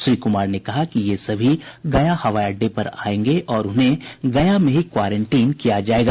श्री कुमार ने कहा कि ये सभी गया हवाई अड्डे पर आयेंगे और उन्हें गया में ही क्वारेंटीन किया जायेगा